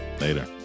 Later